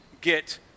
get